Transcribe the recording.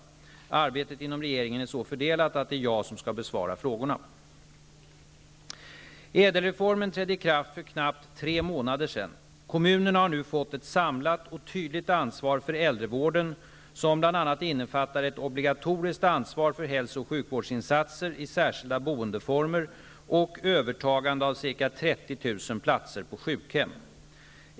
Arbetet inom regeringen är så fördelat att det är jag som skall besvara frågorna. ÄDEL-reformen trädde i kraft för knappt tre månader sedan. Kommunerna har nu fått ett samlat och tydligt ansvar för äldrevården som bl.a. innefattar ett obligatoriskt ansvar för hälso och sjukvårdsinsatser i särskilda boendeformer och övertagande av ca 30 000 platser på sjukhem.